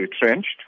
retrenched